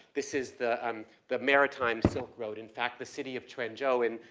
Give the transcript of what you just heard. this is the um the maritime silk road. in fact, the city of quanzhou in,